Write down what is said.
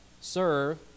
serve